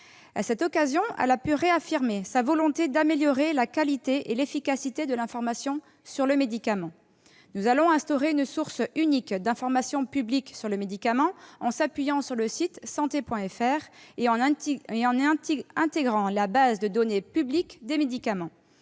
cette occasion, elle a pu réaffirmer sa volonté d'améliorer la qualité et l'efficacité de l'information sur le médicament. Nous allons installer une source unique d'information publique sur le médicament, en nous appuyant sur le site sante.fr, et en y intégrant la base de données publique des médicaments.